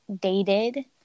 dated